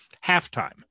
half-time